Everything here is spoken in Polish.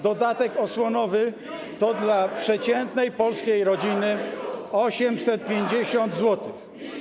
Dodatek osłonowy to dla przeciętnej polskiej rodziny 850 zł.